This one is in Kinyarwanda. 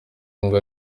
ngo